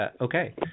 Okay